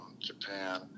Japan